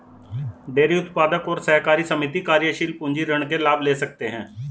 dairy उत्पादक और सहकारी समिति कार्यशील पूंजी ऋण के लाभ ले सकते है